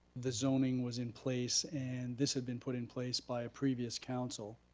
the zoning was in place and this had been put in place by a previous council.